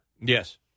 Yes